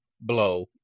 blow